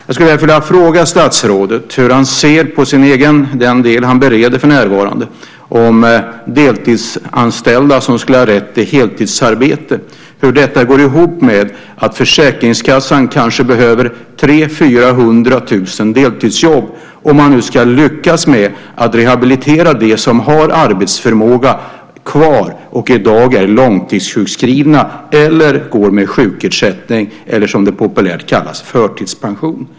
Jag skulle vilja fråga statsrådet hur han ser på den del som han för närvarande bereder när det gäller deltidställda som skulle ha rätt till heltidsarbete, och hur detta går ihop med att Försäkringskassan kanske behöver 300 000-400 000 deltidsjobb om man ska lyckas rehabilitera dem som har arbetsförmåga kvar och i dag är långtidssjukskrivna eller har sjukersättning, eller som det populärt kallas, förtidspension.